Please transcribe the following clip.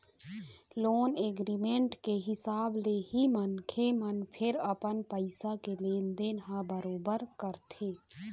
loan agreement के हिसाब ले ही मनखे मन फेर अपन पइसा के लेन देन ल बरोबर करथे